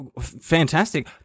Fantastic